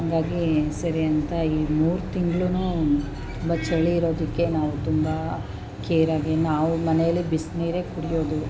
ಹಂಗಾಗಿ ಸರಿ ಅಂತ ಈ ಮೂರು ತಿಂಗಳೂ ತುಂಬ ಚಳಿ ಇರೋದಕ್ಕೆ ನಾವು ತುಂಬ ಕೇರ್ ಆಗಿ ನಾವು ಮನೇಲಿ ಬಿಸಿನೀರೆ ಕುಡಿಯೋದು